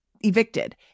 evicted